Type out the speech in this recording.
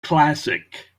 classic